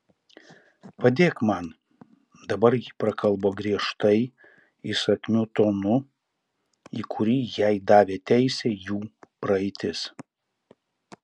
padėk man dabar ji prakalbo griežtai įsakmiu tonu į kurį jai davė teisę jų praeitis